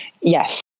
Yes